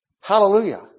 Hallelujah